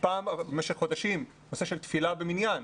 במשך חודשים נושא של תפילה במניין.